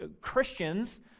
Christians